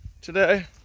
today